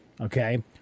okay